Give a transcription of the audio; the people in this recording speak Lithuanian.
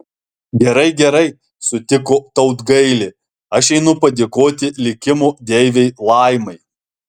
gerai gerai sutiko tautgailė aš einu padėkoti likimo deivei laimai